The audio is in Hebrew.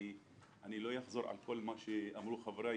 אני לא אחזור על כל מה שאמרו חבריי.